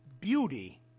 beauty